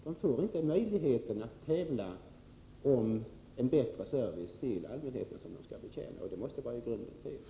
Man får inte möjligheten att tävla om en bättre service till allmänheten, som man skall betjäna. Det måste vara i grunden fel.